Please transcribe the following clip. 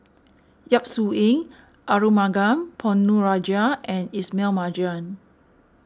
Yap Su Yin Arumugam Ponnu Rajah and Ismail Marjan